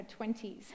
20s